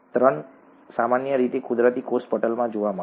ત્રણ સામાન્ય રીતે કુદરતી કોષ પટલમાં જોવા મળે છે